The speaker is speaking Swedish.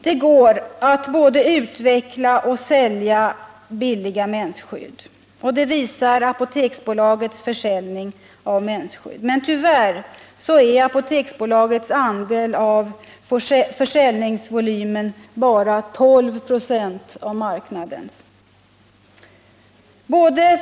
Det går både att utveckla och att sälja billiga mensskydd. Det visar Apoteksbolagets försäljning av mensskydd. Men tyvärr är Apoteksbolagets andel av försäljningsvolymen på marknaden bara 12 96.